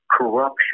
corruption